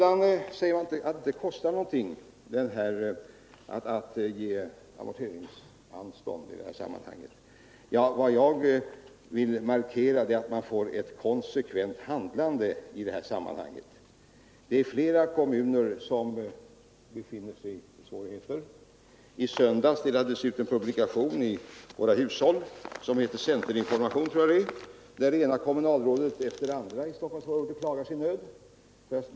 Det sägs här att det kostar en del att ge amorteringsanstånd. Vad jag ville markera är att det är viktigt att man får till stånd ett konsekvent handlande i detta sammanhang. Det är flera kommuner som befinner sig i svårigheter. I söndags delades det ut en publikation till hushållen som heter Centerinformation. Där klagar det ena kommunalrådet efter det andra i Stockholmsområdet sin nöd.